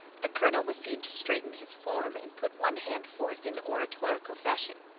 the colonel was seen to straighten his form and put one hand forth in oratorical fashion.